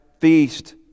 feast